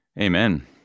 Amen